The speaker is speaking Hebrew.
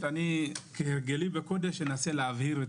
כהרגלי בקודש, אנסה להבהיר.